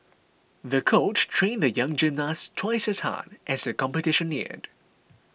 the coach trained the young gymnast twice as hard as the competition neared